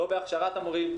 לא בהכשרת המורים,